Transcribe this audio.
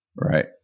right